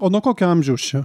o nuo kokio amžiaus čia